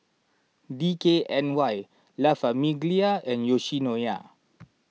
D K N Y La Famiglia and Yoshinoya